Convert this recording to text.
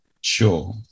Sure